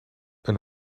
een